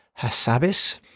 Hassabis